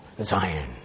Zion